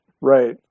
Right